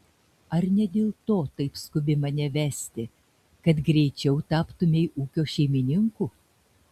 ar ne dėl to taip skubi mane vesti kad greičiau taptumei ūkio šeimininku